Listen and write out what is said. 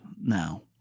now